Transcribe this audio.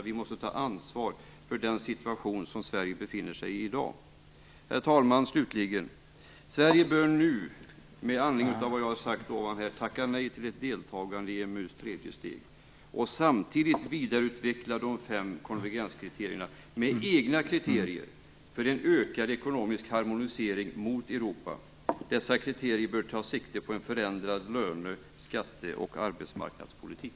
Vi måste ta ansvar för den situation som Sverige befinner sig i i dag. Slutligen, herr talman: Sverige bör nu med anledning av vad jag har sagt tacka nej till ett deltagande i EMU:s tredje steg och samtidigt vidareutveckla de fem konvergenskriterierna med egna kriterier för en ökad ekonomisk harmonisering mot Europa. Dessa kriterier bör ta sikte på en förändrad löne-, skatte och arbetsmarknadspolitik.